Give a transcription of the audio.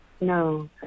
No